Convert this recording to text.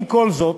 עם כל זאת,